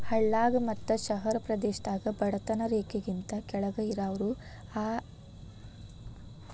ಹಳ್ಳಾಗ ಮತ್ತ ಶಹರ ಪ್ರದೇಶದಾಗ ಬಡತನ ರೇಖೆಗಿಂತ ಕೆಳ್ಗ್ ಇರಾವ್ರು ಈ ಯೋಜ್ನೆಗೆ ಯೋಗ್ಯ ಇರ್ತಾರ